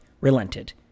relented